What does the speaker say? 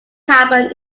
carbon